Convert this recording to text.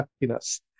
happiness